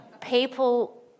people